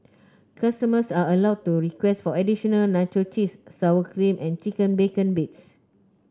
were